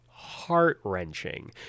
heart-wrenching